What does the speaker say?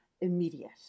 immediate